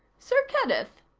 sir kenneth,